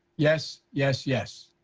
yes, yes, yes,